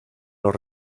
los